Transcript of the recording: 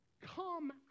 come